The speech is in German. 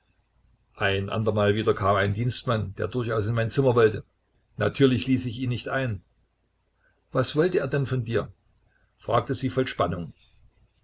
ein andermal wieder kam ein dienstmann der durchaus in mein zimmer wollte natürlich ließ ich ihn nicht ein was wollte er denn von dir fragte sie voll spannung